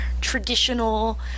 traditional